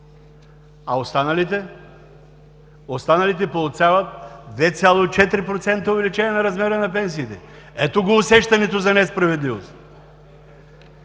А останалите? Останалите получават 2,4% увеличение на размера не пенсиите. Ето го усещането за несправедливост.